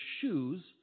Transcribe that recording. shoes